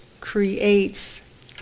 creates